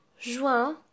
Juin